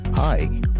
Hi